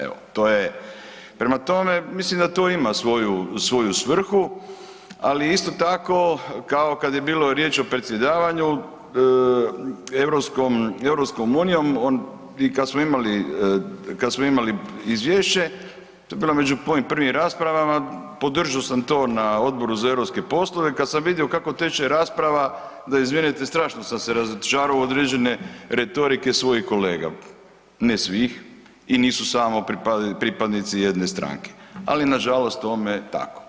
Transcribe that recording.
Evo to je, prema tome mislim da to ima svoju, svoju svrhu, ali isto tako kao kad je bilo riječ o predsjedavanju EU i kad smo imali, kad smo imali izvješće to je bilo među onim prvim raspravama, podržao sam to na Odboru za europske poslove, kad sam vidio kako teče rasprava, da izvinete strašno sam se razočarao u određene retorike svojih kolega, ne svih i nisu samo pripadnici jedne stranke, ali nažalost tome je tako.